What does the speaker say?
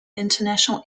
international